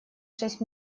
шесть